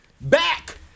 back